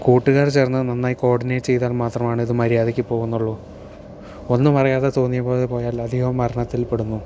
കൂട്ടുകാർ ചേർന്ന് നന്നായി കോർഡിനേറ്റ് ചെയ്താൽ മാത്രമാണ് ഇത് മര്യാദയ്ക്ക് പോകുന്നുള്ളു ഒന്നുമറിയാതെ തോന്നിയപോലെ പോയാൽ അധികവും മരണത്തിൽപ്പെടുന്നു